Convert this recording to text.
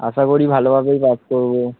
আশা করি ভালোভাবেই পাস করবো